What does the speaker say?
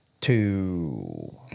Two